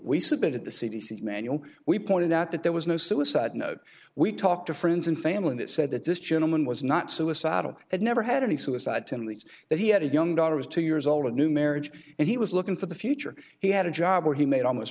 we submitted the c d c manual we pointed out that there was no suicide note we talked to friends and family that said that this gentleman was not suicidal had never had any suicide attempts that he had a young daughter was two years old a new marriage and he was looking for the future he had a job where he made almost